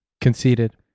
Conceded